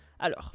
Alors